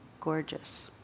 gorgeous